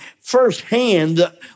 firsthand